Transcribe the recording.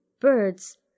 birds